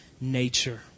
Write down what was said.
nature